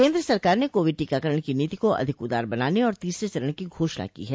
केन्द्र सरकार ने कोविड टीकाकरण की नीति को अधिक उदार बनाने और तीसरे चरण की घोषणा की ह